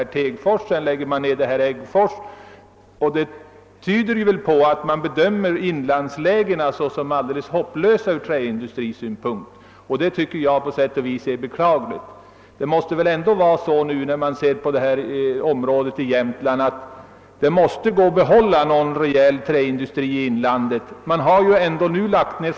Äggfors läggs ned. Det tyder väl på att man bedömer inlandslägena som hopplösa från träindustrisynpunkt, vilket jag finner beklagligt. Det måste ändå vara möjligt att behålla någon rejäl träindustri i Jämtlands inland.